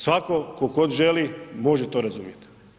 Svatko tko god želi može to razumjeti.